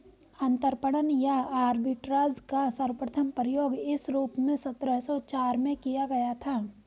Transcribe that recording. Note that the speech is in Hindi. अंतरपणन या आर्बिट्राज का सर्वप्रथम प्रयोग इस रूप में सत्रह सौ चार में किया गया था